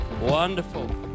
Wonderful